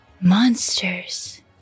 Monsters